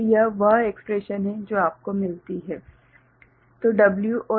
तो यह वह एक्स्प्रेशन है जो आपको मिलती है ठीक है